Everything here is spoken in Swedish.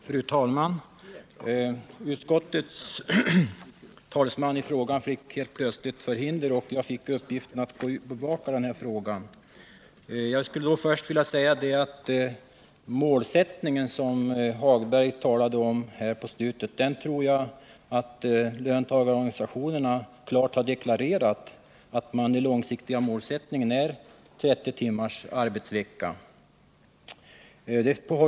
Fru talman! Utskottets talesman i ärendet fick helt plötsligt förhinder och jag fick därför uppgiften att bevaka det. Först skulle jag beträffande den målsättning som herr Hagberg talade om mot slutet av sitt anförande vilja säga att jag tror att löntagarorganisationerna Nr 23 klart deklarerat att den långsiktiga målsättningen är 30 timmars arbets Onsdagen den vecka.